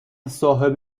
صاحب